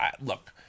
look